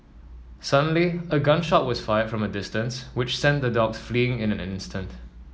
suddenly a gun shot was fired from a distance which sent the dogs fleeing in an instant